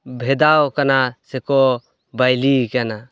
ᱵᱷᱮᱫᱟᱣ ᱠᱟᱱᱟ ᱥᱮ ᱠᱚ ᱵᱟᱹᱭᱞᱤᱭ ᱠᱟᱱᱟ